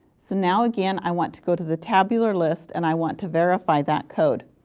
so now, again, i want to go to the tabular list and i want to verify that code.